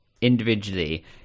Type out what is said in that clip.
individually